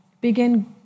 begin